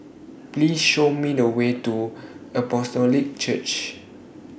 Please Show Me The Way to Apostolic Church